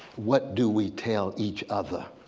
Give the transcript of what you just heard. what do we tell each other